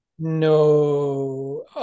no